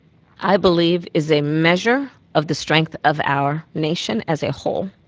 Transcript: i believe, is a measure of the strength of our nation as a whole.